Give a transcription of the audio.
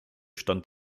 stand